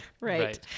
right